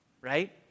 right